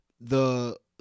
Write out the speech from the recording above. the-